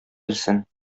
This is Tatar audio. белсен